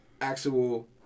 actual